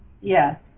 Yes